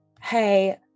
Hey